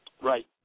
Right